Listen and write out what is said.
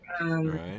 Right